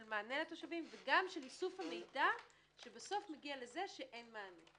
של מענה לתושבים וגם של איסוף המידע שבסוף מגיע לזה שאין מענה.